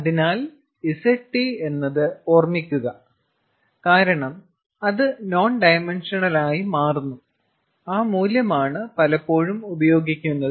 അതിനാൽ Zt എന്നത് ഓർമ്മിക്കുക കാരണം അത് നോൺ ഡൈമൻഷണൽ ആയി മാറുന്നു ആ മൂല്യമാണ് പലപ്പോഴും ഉപയോഗിക്കുന്നത്